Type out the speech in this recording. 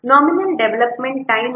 nominal development time ಅನ್ನು 2